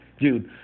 Dude